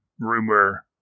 rumor